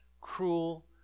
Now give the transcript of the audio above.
Cruel